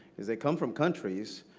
is they come from countries